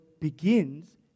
begins